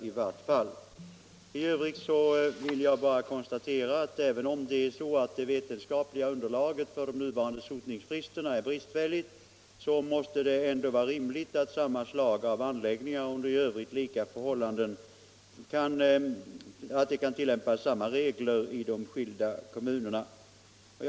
I övrigt vill jag konstatera att även om det vetenskapliga underlaget för de nuvarande sotningsfristerna är bristfälligt måste det ändå vara rimligt att samma regler kan tillämpas i skilda kommuner när det gäller samma slag av anläggningar och i övrigt lika förhållanden.